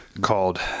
called